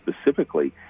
specifically